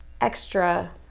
extra